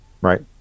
right